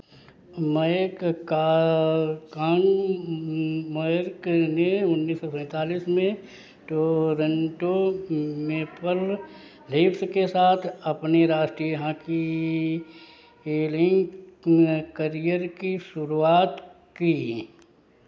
Mac कार कान मैक ने उन्नीस सौ सैंतालीस में टोरंटो मेपल लीफ्स के साथ अपने राष्ट्रीय हॉकी लीग करियर की शुरुआत की